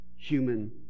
human